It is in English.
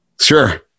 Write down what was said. Sure